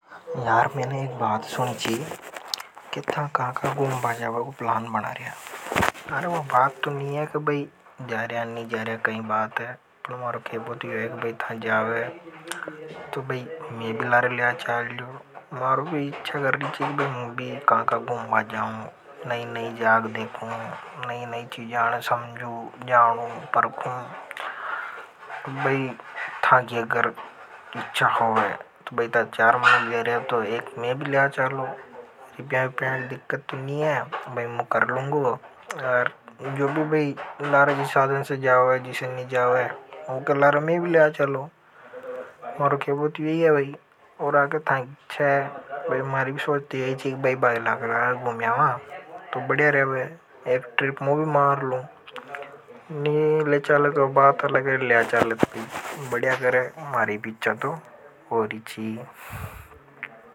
यार मैंने एक बात सुनी छी कि था का का गूमबा जावा को प्लान बना रिया। अरे वह बात तो नहीं है कि बई जा रहे हैं नहीं जा रिया पण मार बात तो मारो खेबो तो यह है कि बई था जाओ है तो बई में भी लारे लिया चाल लो मारो भी इच्छा करी छी की भई बई मुंबी का का गुंबा जाओ नई नई जाग देखो नई नई चीजान समझो जानू परखु। जो भी बहीं लॉरेजी साधन से जावा है जिसे नहीं जाओ है ऊके लार मैं भी ले चेलो मरोंकेबो तो यो ही हे। भाई और आगे थांकी इच्छा हैभई मारी भी सोच तो या ही थी कि भायल के लार गुमियावा तो बढ़िया रेवे। बढ़िया करें मारी भी इच्छा ओरीची।